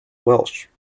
welsh